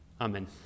Amen